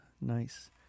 nice